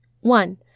One